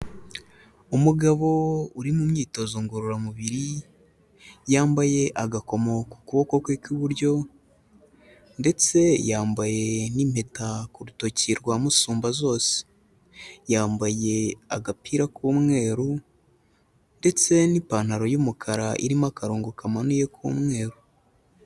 Umugabo uri mu myitozo ngororamubiri yambaye agakomo ku kuboko kwe kw'iburyo ndetse yambaye n'impeta ku rutoki rwa musumba zose, yambaye agapira k'umweru ndetse n'ipantaro y'umukara irimo akarongo kamanuye k'umweru.